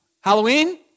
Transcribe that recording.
Halloween